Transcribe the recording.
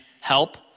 help